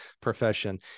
profession